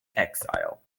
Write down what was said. exile